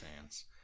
fans